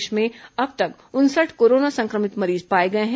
प्रदेश में अब तक उनसठ कोरोना संक्रमित मरीज पाए गए हैं